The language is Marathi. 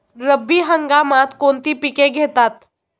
रब्बी हंगामात कोणती पिके घेतात?